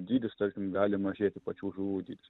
dydis tarkim gali mažėti pačių žuvų dydis